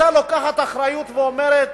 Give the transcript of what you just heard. היא היתה לוקחת אחריות ואומרת: